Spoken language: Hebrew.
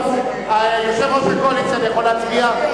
יושב-ראש הקואליציה, אני יכול להצביע?